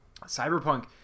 Cyberpunk